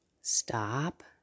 Stop